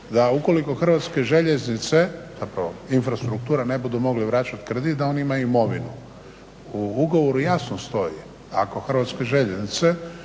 da ukoliko Hrvatske željeznice, zapravo Infrastruktura ne budu mogli vraćati kredit da oni imaju imovinu. U ugovoru jasno stoji, ako Hrvatske željeznice